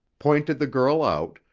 pointed the girl out,